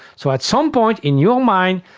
so at some point in your mind,